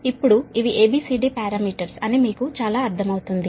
ఇప్పుడు ఇవి A B C D parameters అని మీకు చాలా అర్థమవుతుంది